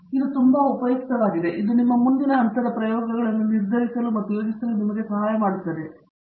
ಇದು ತುಂಬಾ ಉಪಯುಕ್ತವಾಗಿದೆ ಇದು ನಿಮ್ಮ ಮುಂದಿನ ಹಂತದ ಪ್ರಯೋಗಗಳನ್ನು ನಿರ್ಧರಿಸಲು ಮತ್ತು ಯೋಜಿಸಲು ನಿಮಗೆ ಸಹಾಯ ಮಾಡುತ್ತದೆ